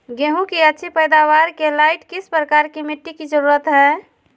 गेंहू की अच्छी पैदाबार के लाइट किस प्रकार की मिटटी की जरुरत है?